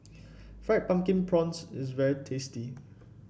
Fried Pumpkin Prawns is very tasty